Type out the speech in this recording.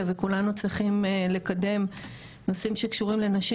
וכולנו צריכים לקדם נושאים שקשורים לנשים.